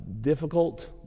Difficult